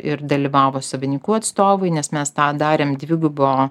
ir dalyvavo savininkų atstovai nes mes tą darėm dvigubo